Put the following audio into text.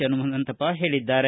ಹನುಮಂತಪ್ಪ ಹೇಳಿದ್ದಾರೆ